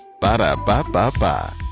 Ba-da-ba-ba-ba